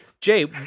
Jay